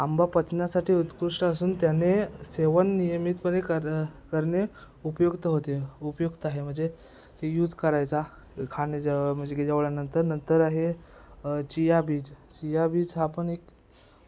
आंबा पचण्यासाठी उत्कृष्ट असून त्याने सेवन नियमितपणे कर करणे उपयुक्त होते उपयुक्त आहे म्हणजे ते यूज करायचा खाणे जेव म्हणजे की जेवणानंतर नंतर आहे चियाबीज चियाबीज हा पण एक